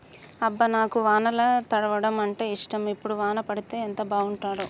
అబ్బ నాకు వానల తడవడం అంటేఇష్టం ఇప్పుడు వాన పడితే ఎంత బాగుంటాడో